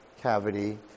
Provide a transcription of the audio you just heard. cavity